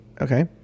Okay